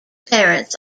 parents